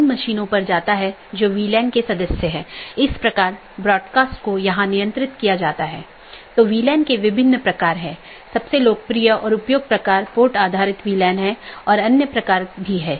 इन विशेषताओं को अनदेखा किया जा सकता है और पारित नहीं किया जा सकता है